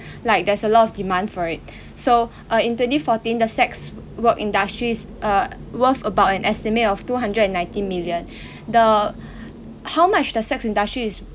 like there's a lot of demand for it so uh in twenty fourteen the sex work industries uh worth about an estimate of two hundred and nineteen million the how much the sex industry is